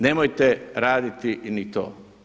Nemojte raditi ni to.